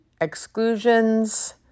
Exclusions